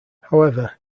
however